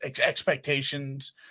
expectations